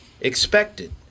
expected